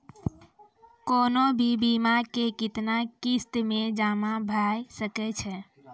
कोनो भी बीमा के कितना किस्त मे जमा भाय सके छै?